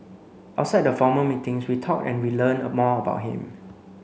outside the formal meetings we talked and we learnt more about him